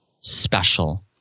special